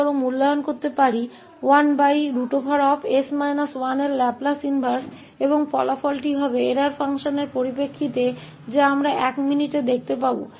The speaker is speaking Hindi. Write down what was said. उदाहरण के लिए हम 1s के लाप्लास व्युत्क्रम का मूल्यांकन कर सकते हैं और परिणाम त्रुटि फ़ंक्शन के संदर्भ में होगा जिसे हम एक मिनट में देख सकते हैं